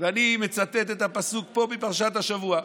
ואני מצטט פה את הפסוק מפרשת השבוע.